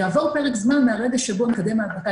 יעבור פרק זמן מהרגע שבו מקדם ההדבקה